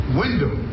window